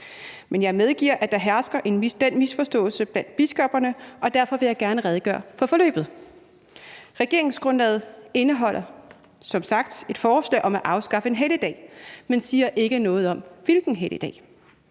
Men jeg medgiver, at der hersker den misforståelse blandt biskopperne, og derfor vil jeg gerne redegøre for forløbet. Regeringsgrundlaget indeholder som sagt et forslag om at afskaffe en helligdag, men siger ikke noget om hvilken helligdag.